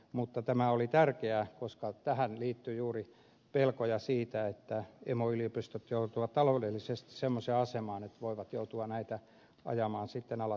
mutta tämä oli tärkeää koska tähän liittyi juuri pelkoja siitä että emoyliopistot joutuvat taloudellisesti semmoiseen asemaan että voivat joutua näitä ajamaan alas